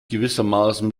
gewissermaßen